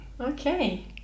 Okay